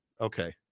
Okay